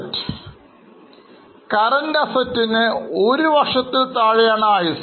Current assets ന് 1 വർഷത്തിൽ താഴെയാണു ആയുസ്സ്